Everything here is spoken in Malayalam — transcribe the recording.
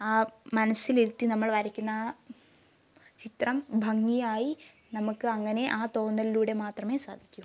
ആ മനസ്സിലിരുത്തി നമ്മൾ വരയ്ക്കുന്ന ആ ചിത്രം ഭംഗിയായി നമുക്ക് അങ്ങനെ ആ തോന്നലിലൂടെ മാത്രമേ സാധിക്കൂ